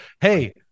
Hey